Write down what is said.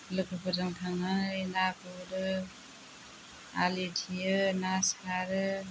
लोगोफोरजों थांनानै ना गुरो आलि थेयो ना सारो